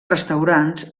restaurants